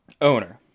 owner